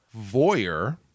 voyeur